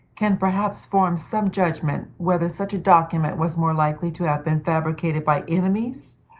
can perhaps form some judgment whether such a document was more likely to have been fabricated by enemies,